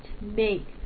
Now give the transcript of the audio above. make